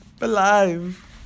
alive